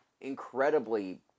incredibly